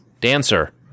dancer